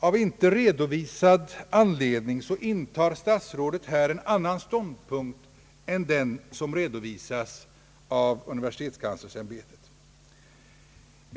Av icke redovisad anledning intar statsrådet här en annan ståndpunkt än den som redovisas av universitetskanslersämbetet.